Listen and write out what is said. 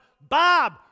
Bob